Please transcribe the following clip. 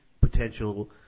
potential